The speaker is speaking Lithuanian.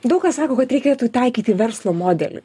daug kas sako kad reikėtų taikyti verslo modelį